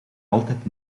altijd